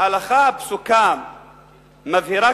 ההלכה הפסוקה מבהירה,